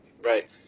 right